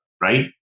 right